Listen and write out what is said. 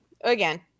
Again